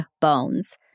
bones